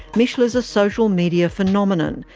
mishler's a social media phenomenon,